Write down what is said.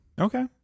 Okay